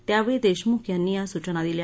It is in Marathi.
त्यावेळी देशमुख यांनी या सूचना दिल्या